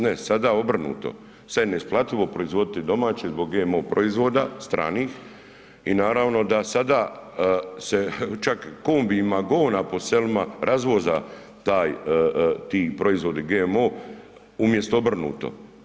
Ne, sada obrnuto, sad je neisplativo proizvoditi domaće zbog GMO proizvoda, stranih i naravno da sada se čak kombijima ... po selima, razvoza taj, ti proizvodi GMO, umjesto obrnuto.